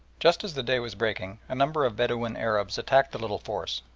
just as the day was breaking a number of bedouin arabs attacked the little force,